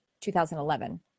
2011